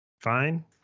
fine